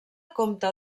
compta